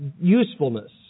usefulness